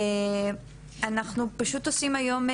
זה ואנחנו פשוט עושים היום,